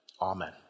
Amen